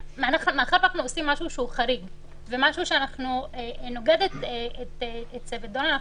מאחר שאנחנו עושים משהו שהוא חריג ומשהו שנוגד את צוות דורנר,